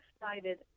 excited